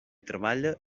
treballa